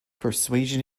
persuasion